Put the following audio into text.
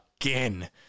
again